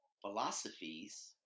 philosophies